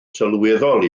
sylweddol